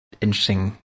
interesting